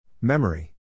Memory